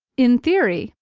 in theory,